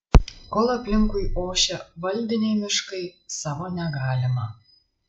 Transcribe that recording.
kol aplinkui ošia valdiniai miškai savo negalima